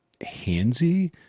handsy